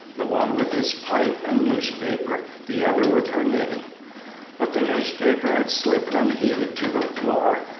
the one with his pipe and newspaper, the other with her knitting but the newspaper had slipped unheeded to the floor,